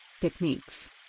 techniques